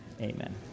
Amen